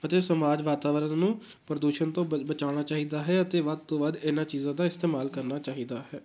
ਅਤੇ ਸਮਾਜ ਵਾਤਾਵਰਨ ਨੂੰ ਪ੍ਰਦੂਸ਼ਣ ਤੋਂ ਬ ਬਚਾਉਣਾ ਚਾਹੀਦਾ ਹੈ ਅਤੇ ਵੱਧ ਤੋਂ ਵੱਧ ਇਹਨਾਂ ਚੀਜ਼ਾਂ ਦਾ ਇਸਤੇਮਾਲ ਕਰਨਾ ਚਾਹੀਦਾ ਹੈ